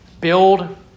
build